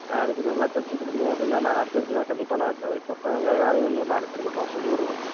ஆ அது கொஞ்சம் நல்லா தைச்சு கொடுத்தீங்க அப்படின்னா நான் அடுத்தடுத்து நான் கண்டிப்பாக நான் தைப்பேன் வேறு யாரையும் இன்னும் நாலு பேருக்கு கூட நான் சொல்லி விடுவேன்